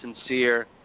sincere